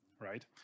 right